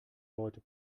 leute